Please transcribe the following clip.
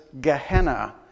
Gehenna